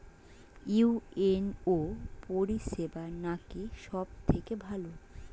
UNO পরিসেবা নাকি সব থেকে ভালো?